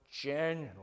genuinely